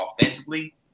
offensively